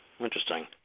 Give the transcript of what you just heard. interesting